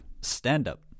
stand-up